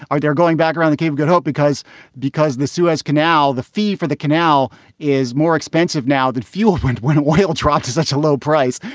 are there going back around the cape of good hope? because because the suez canal, the fee for the canal is more expensive. now, that fuel went when oil dropped to such a low price,